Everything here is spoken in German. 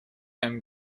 einem